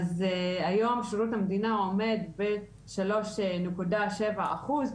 היום שירות המדינה עומד בשלוש נקודה שבע אחוז,